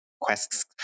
quests